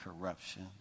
corruption